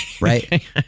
Right